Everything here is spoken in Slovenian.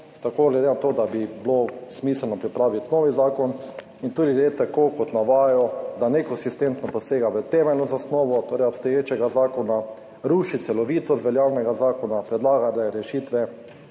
na to, bi bilo smiselno pripraviti novi zakon. Tudi navajajo, da nekonsistentno posega v temeljno zasnovo obstoječega zakona, ruši celovitost veljavnega zakona, predlagane rešitve,